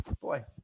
boy